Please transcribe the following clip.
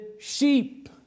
sheep